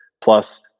plus